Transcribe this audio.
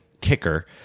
kicker